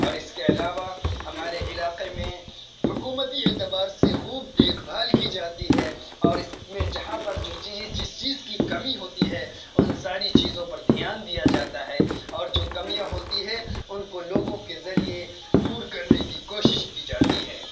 اور اس کے علاوہ ہمارے علاقے میں حکومتی اعتبار سے خوب دیکھ بھال کی جاتی ہے اور اس میں جہاں پر جو چیزیں جس چیز کی کمی ہوتی ہے ان ساری چیزوں پر دھیان دیا جاتا ہے اور جو کمیاں ہوتی ہے ان کو لوگوں کے ذریعے دور کرنے کی کوشش کی جاتی ہے